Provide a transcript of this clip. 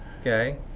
okay